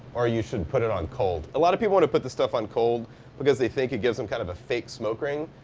or you should put it on cold. a lot of people want to put this stuff on cold because they think it gives them kind of a fake smoke ring,